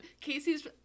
Casey's